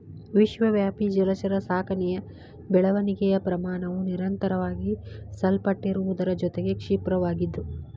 ವಿಶ್ವವ್ಯಾಪಿ ಜಲಚರ ಸಾಕಣೆಯ ಬೆಳವಣಿಗೆಯ ಪ್ರಮಾಣವು ನಿರಂತರವಾಗಿ ಸಲ್ಪಟ್ಟಿರುವುದರ ಜೊತೆಗೆ ಕ್ಷಿಪ್ರವಾಗಿದ್ದು